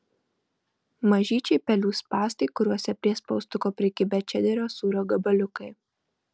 mažyčiai pelių spąstai kuriuose prie spaustuko prikibę čederio sūrio gabaliukai